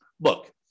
look